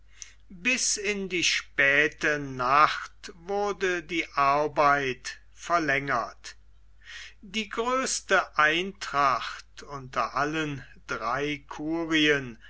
bis in die späte nacht wurde die arbeit verlängert die größte eintracht unter allen drei curien